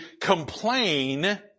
complain